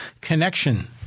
connection